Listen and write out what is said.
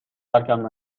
ترکم